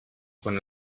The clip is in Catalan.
quan